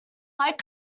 light